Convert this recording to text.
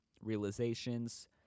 realizations